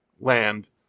land